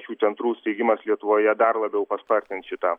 šių centrų steigimas lietuvoje dar labiau paspartins šitą